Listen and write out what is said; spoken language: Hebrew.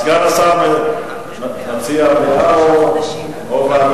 סגן השר מציע מליאה או ועדה?